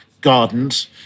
Gardens